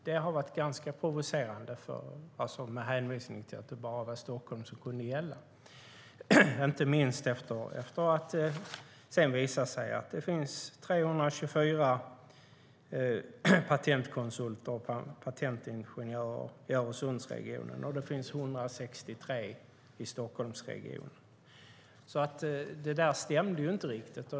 Det har varit ganska provocerande med hänvisningen att det bara var Stockholm som kunde gälla, inte minst när det sedan visade sig att det finns 324 patentkonsulter och patentingenjörer i Öresundsregionen och 163 i Stockholmsregionen. Det ministern sade stämmer alltså inte riktigt.